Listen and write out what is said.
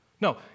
No